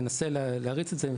ננסה להריץ את זה,